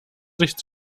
sicht